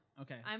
Okay